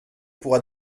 pourra